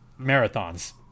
marathons